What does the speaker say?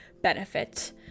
benefit